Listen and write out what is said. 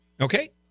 Okay